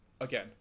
again